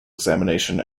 examination